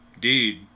dude